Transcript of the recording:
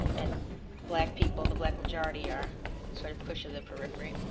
and black people, the black majority, are sort of pushed to the periphery.